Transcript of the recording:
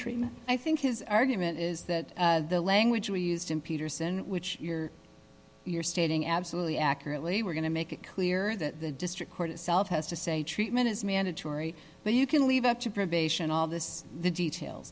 treatment i think his argument is that the language we used in peterson which you're you're stating absolutely accurately we're going to make it clear that the district court itself has to say treatment is mandatory but you can leave up to probation all this the details